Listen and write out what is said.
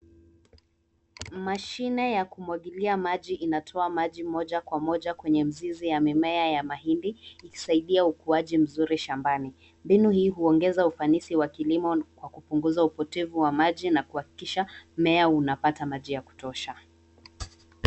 Mashine ya kumwangilia maji inatoa maji moja Kwa moja kwenye mizizi ya mimea ya mahindi ikisaidia ukuaji mzuri shambani. mbinu hii huongeza ufanisi wa kilimo na kupunguza upotevu wa maji na kuhakikisha mmea unapata maji ya kutosha.